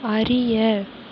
அறிய